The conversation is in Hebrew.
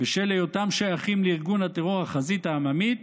בשל היותם שייכים לארגון הטרור החזית העממית